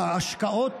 ההשקעות